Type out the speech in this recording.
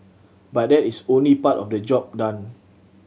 but that is only part of the job done